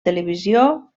televisió